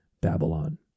Babylon